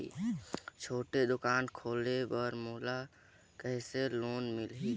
छोटे दुकान खोले बर मोला कइसे लोन मिलही?